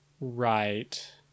Right